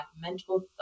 mental